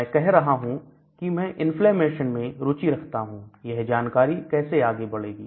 मैं कह रहा हूं कि मैं इन्फ्लेमेशन में रुचि रखता हूं यह जानकारी कैसे आगे बढ़ेगी